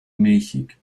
milchig